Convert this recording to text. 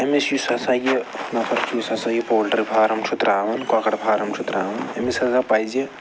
أمِس یُس ہَسا یہِ نَفَر چھُ یُس ہَسا یہِ پولٹرٛی فارَم چھُ ترٛاوان کۄکَر فارَم چھُ ترٛاوان أمِس ہَسا پَزِ